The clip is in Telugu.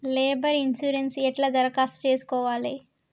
లేబర్ ఇన్సూరెన్సు ఎట్ల దరఖాస్తు చేసుకోవాలే?